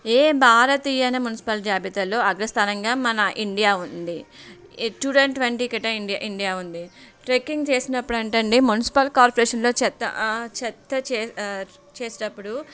ఏ భారతీయ మున్సిపల్ జాబితాలో అగ్రస్థానంగా మన ఇండియా ఉంది టూ థౌసండ్ ట్వంటీకైతే ఇండియా ఉంది ట్రెకింగ్ చేసినప్పుడు అంట అండి మున్సిపల్ కార్పొరేషన్లో చెత్త చెత్త చే చేసేటప్పుడు